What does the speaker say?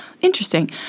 Interesting